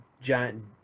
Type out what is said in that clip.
giant